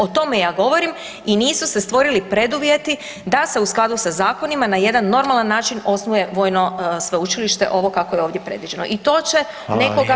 O tome ja govorim i nisu se stvorili preduvjeti da se u skladu sa zakonima na jedan normalan način osnuje vojno sveučilište ovo kakvo je ovdje predviđeno i to će nekoga koštati.